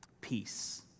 peace